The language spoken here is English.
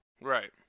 Right